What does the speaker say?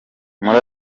muri